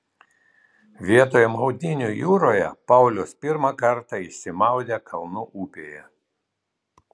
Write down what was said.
vietoj maudynių jūroje paulius pirmą kartą išsimaudė kalnų upėje